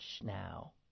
now